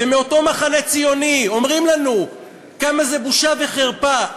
ומאותו מחנה ציוני אומרים לנו כמה זאת בושה וחרפה.